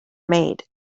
made